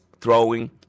throwing